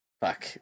Fuck